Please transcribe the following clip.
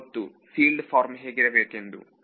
ನನಗೆ ಗೊತ್ತು ಫೀಲ್ಡಿನ ಫಾರ್ಮ್ ಹೇಗಿರಬೇಕೆಂದು